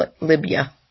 Libya